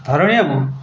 ଧରଣୀ ବାବୁ